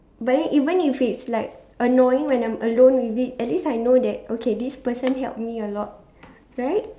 but then even if it's like annoying when I'm alone with it at least I know that okay this person help me a lot right